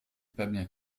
pas